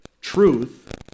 Truth